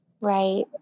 Right